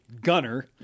gunner